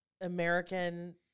American